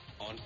on